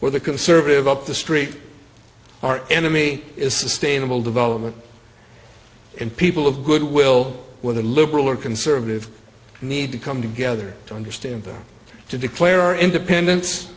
or the conservative up the street our enemy is sustainable development and people of goodwill with a liberal or conservative need to come together to understand that to declare our independence